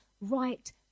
right